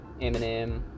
Eminem